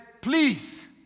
Please